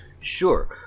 sure